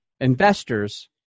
investors